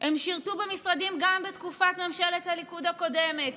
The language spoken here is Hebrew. הם שירתו במשרדים גם בתקופת ממשלת הליכוד הקודמת.